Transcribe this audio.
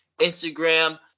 Instagram